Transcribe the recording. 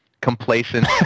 complacent